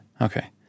Okay